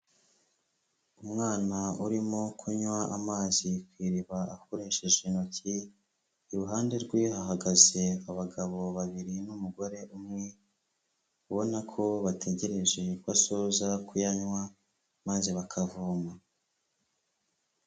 Umwana urimo kunywa amazi ku iriba akoresheje intoki, iruhande rwe hahagaze abagabo babiri n'umugore umwe, ubona ko bategereje ko asoza kuyanywa maze bakavoma.